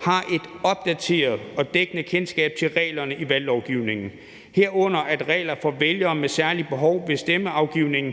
har et opdateret og dækkende kendskab til reglerne i valglovgivningen, herunder at reglerne for vælgere med særlige behov ved stemmeafgivningen